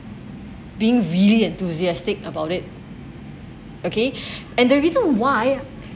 being really enthusiastic about it okay and the reason why